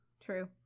true